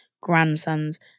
grandsons